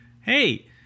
hey